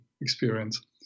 experience